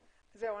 זהו.